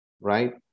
right